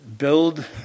Build